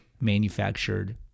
manufactured